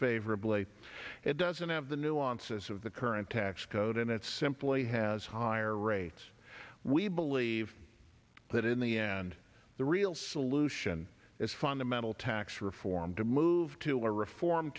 favorably it doesn't have the nuances of the current tax code and it simply has higher rates we believe that in the end the real solution is fundamental tax reform to move to a reform